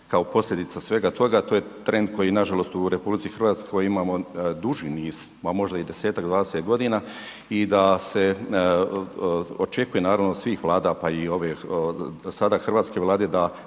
kao posljedica svega toga. To je trend koji nažalost u RH imamo duži niz, pa možda i 10-tak, 20 godina i da se očekuje naravno od svih vlada, pa i ove sada Hrvatske vlade da